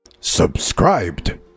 Subscribed